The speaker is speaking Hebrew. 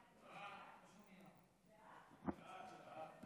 סעיפים 1